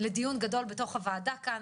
לדיון גדול בתוך הוועדה כאן,